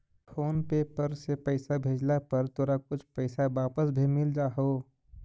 phone पे पर से पईसा भेजला पर तोरा कुछ पईसा वापस भी मिल जा हो